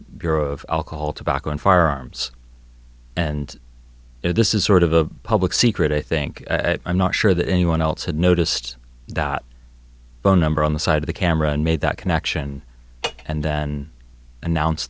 of alcohol tobacco and firearms and this is sort of a public secret i think i'm not sure that anyone else had noticed that phone number on the side of the camera and made that connection and then announce